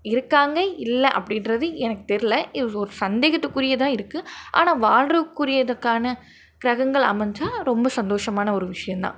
இருக்காங்கள் இல்லை அப்படின்றது எனக்கு தெரியல இது ஒரு சந்தேகத்துக்குரியதாக இருக்குது ஆனால் வாழ்றதுக்குரியதுக்கான கிரகங்கள் அமைஞ்சா ரொம்ப சந்தோஷமான ஒரு விஷயம்தான்